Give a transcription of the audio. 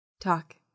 Talk